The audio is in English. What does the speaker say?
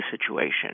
situation